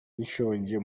nshonje